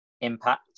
Impact